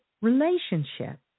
relationship